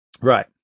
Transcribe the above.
Right